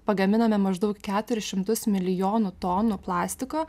pagaminame maždaug keturis šimtus milijonų tonų plastiko